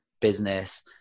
business